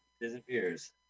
Disappears